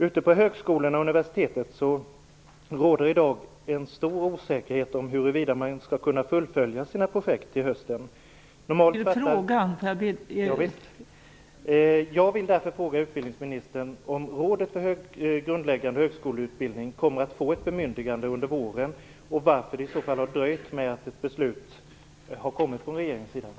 Ute på högskolorna och universiteten råder i dag en stor osäkerhet om huruvida man skall kunna fullfölja sina projekt till hösten. Jag vill därför fråga utbildningsministern om Rådet för grundläggande högskoleutbildning kommer att få ett bemyndigande under våren. Varför har i så fall regeringen dröjt med ett beslut?